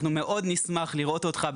אנחנו מאוד נשמח לראות אותך.